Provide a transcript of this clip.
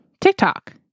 TikTok